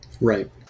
Right